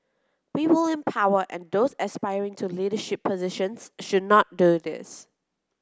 people in power and those aspiring to leadership positions should not do this